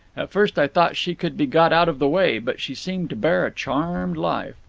at first i thought she could be got out of the way, but she seemed to bear a charmed life.